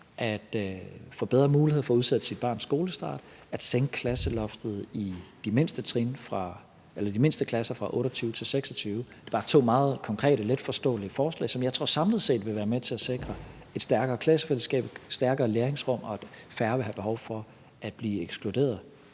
at få bedre mulighed for at udsætte ens barns skolestart og at sænke klasseloftet i de mindste klasser fra 28 til 26. Det er to meget konkrete og letforståelige forslag, som jeg tror samlet set vil være med til at sikre et stærkere klassefællesskab, et stærkere læringsrum, og at færre vil have behov for at blive ekskluderet,